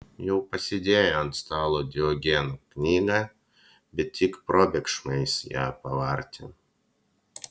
jau pasidėjo ant stalo diogeno knygą bet tik probėgšmais ją pavartė